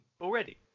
already